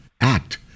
act